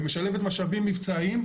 ומשלבת משאבים מבצעיים.